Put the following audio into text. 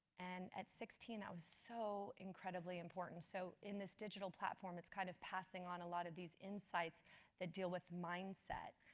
and at sixteen, that was so incredibly important. so in this digital platform, it's kind of passing on a lot of these insights that deal with mindset,